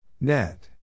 Net